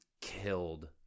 killed